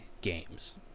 games